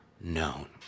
known